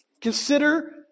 Consider